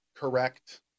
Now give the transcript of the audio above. correct